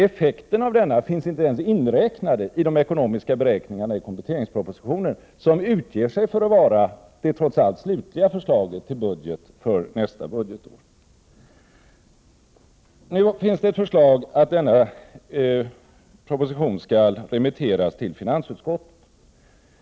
Effekten av denna skatt finns inte ens inräknad i de ekonomiska beräkningarna i kompletteringspropositionen, som trots allt utger sig för att vara det slutliga förslaget till budget för nästa budgetår. Det finns nu ett förslag om att denna proposition skall remitteras till finansutskottet.